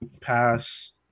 Pass